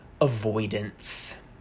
Avoidance